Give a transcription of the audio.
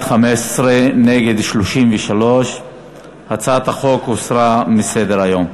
בעד, 15, נגד, 33. הצעת החוק הוסרה מסדר-היום.